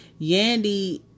Yandy